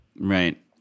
Right